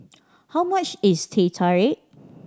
how much is Teh Tarik